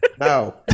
No